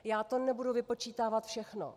Já to nebudu vypočítávat všechno.